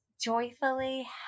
joyfully